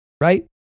right